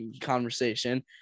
conversation